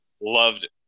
Loved